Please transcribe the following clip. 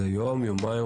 זה יום, יומיים?